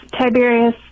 Tiberius